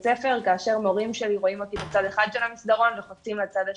ספר כאשר מורים שלי רואים אותי בצד אחד של המסדרון וחוצים לצד השני.